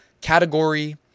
category